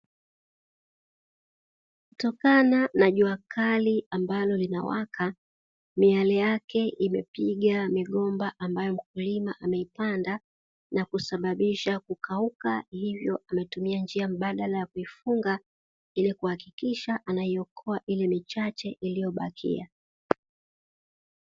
Kutokana na juakali ambalo linawaka na miale yake imepiga migomba ambayo mkulima ameipanda na kusababisha kukauka, hivyo njia mbadala ya kuifunga ili kuhakikisha unaiokoa ile michache iliyobakia.